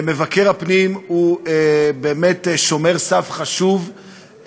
מבקר הפנים הוא באמת שומר סף חשוב,